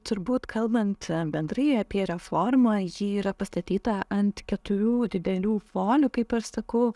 turbūt kalbant bendrai apie reformą ji yra pastatyta ant keturių didelių folių kaip ir sakau